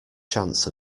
chance